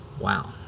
Wow